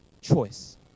Choice